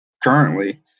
Currently